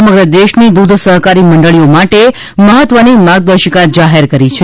સમગ્ર દેશની દૂધ સહકારી મંડળીઓ માટે મહત્વની માર્ગદર્શિકા જાહેર કરી છે